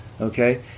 Okay